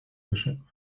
wyszedłem